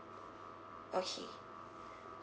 okay